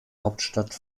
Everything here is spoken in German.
hauptstadt